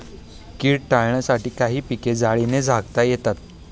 कीड टाळण्यासाठी काही पिके जाळीने झाकता येतात